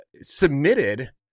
submitted